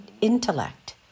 intellect